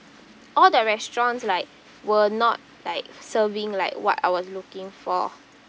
all the restaurants like were not like serving like what I was looking for